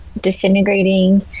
disintegrating